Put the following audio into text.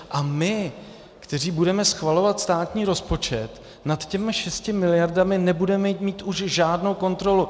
A my, kteří budeme schvalovat státní rozpočet, nad těmi šesti miliardami nebudeme mít už žádnou kontrolu.